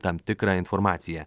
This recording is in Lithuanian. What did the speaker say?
tam tikrą informaciją